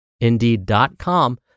Indeed.com